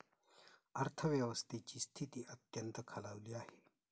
अर्थव्यवस्थेची स्थिती अत्यंत खालावली आहे